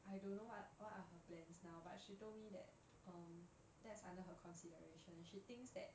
I don't know what what are her plans now but she told me that um that's under her consideration she thinks that